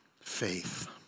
faith